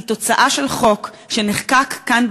היא תוצאה של חוק שנחקק כאן,